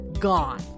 gone